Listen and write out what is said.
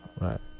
Right